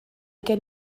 gen